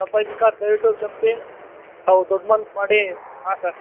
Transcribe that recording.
ತಪ್ಪಾಯಿತು ಸರ್ ದಯವಿಟ್ಟು ಕ್ಷಮಿಸಿ ತಾವು ದೊಡ್ಡ ಮನ್ಸು ಮಾಡಿ ಹಾಂ ಸರ್